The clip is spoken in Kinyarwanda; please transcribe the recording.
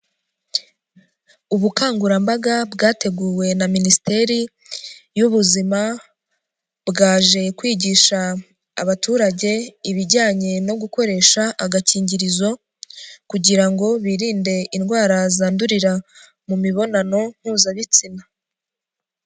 Ubukangurambaga bwateguwe na minisiteri y'ubuzima, bwaje kwigisha abaturage, ibijyanye no gukoresha agakingirizo kugira ngo birinde indwara zandurira mu mibonano mpuzabitsina.